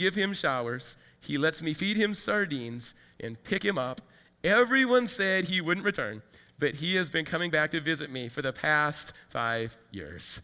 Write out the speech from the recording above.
give him showers he lets me feed him sardines and pick him up everyone said he would return but he has been coming back to visit me for the past five years